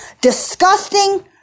disgusting